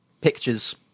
pictures